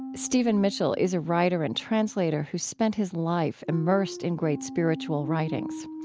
stephen mitchell is a writer and translator who's spent his life immersed in great spiritual writings.